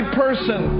person